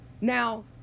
now